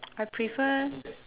I prefer